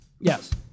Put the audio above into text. Yes